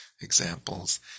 examples